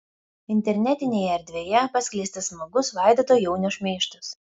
internetinėje erdvėje paskleistas smagus vaidoto jaunio šmeižtas